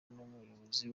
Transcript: n’umuyobozi